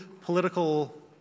political